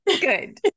Good